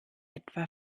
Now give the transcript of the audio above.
etwa